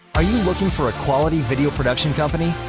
are you looking for a quality video production company?